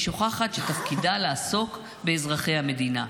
שוכחת שתפקידה לעסוק באזרחי המדינה.